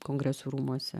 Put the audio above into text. kongresų rūmuose